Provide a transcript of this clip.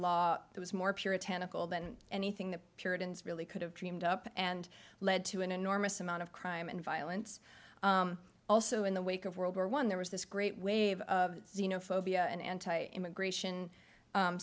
that was more puritanical than anything the puritans really could have dreamed up and led to an enormous amount of crime and violence also in the wake of world war one there was this great wave of xenophobia and anti immigration